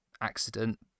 accident